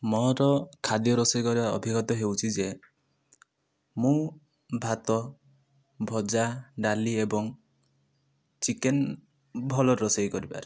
ମୋର ଖାଦ୍ୟ ରୋଷେଇ କରିବାର ଅଭିଜ୍ଞତା ହେଉଛି ଯେ ମୁଁ ଭାତ ଭଜା ଡାଲି ଏବଂ ଚିକେନ ଭଲ ରୋଷେଇ କରିପାରେ